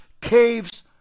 caves